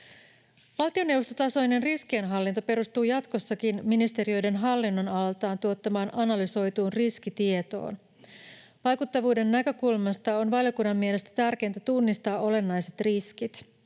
Valtioneuvostotasoinen riskienhallinta perustuu jatkossakin ministeriöiden hallin-nonalaltaan tuottamaan analysoituun riskitietoon. Vaikuttavuuden näkökulmasta on valiokunnan mielestä tärkeintä tunnistaa olennaiset riskit.